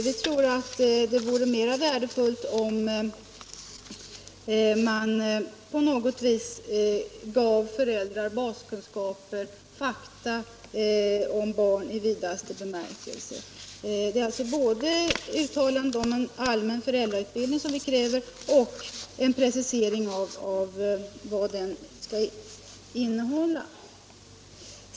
Vi tror att det vore mer värdefullt att ge föräldrar baskunskaper, fakta om barn i vidaste bemärkelse. Vi kräver alltså både ett uttalande om allmän föräldrautbildning och en precisering av vad denna skall innehålla.